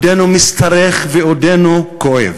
עודנו משתרך ועודנו כואב.